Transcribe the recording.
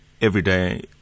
everyday